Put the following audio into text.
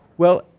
well,